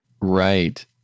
right